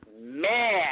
Man